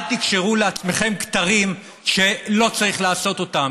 אל תקשרו לעצמכם כתרים שלא צריך לקשור אותם.